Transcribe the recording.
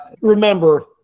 Remember